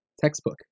textbook